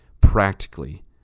practically